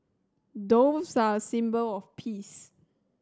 doves are a symbol of peace